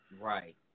Right